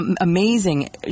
amazing